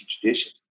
tradition